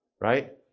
Right